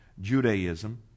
judaism